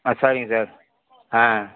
ஆ சரிங்க சார் ஆ